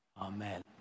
Amen